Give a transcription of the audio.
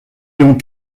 ont